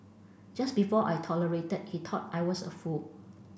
just before I tolerated he thought I was a fool